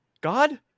God